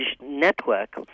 network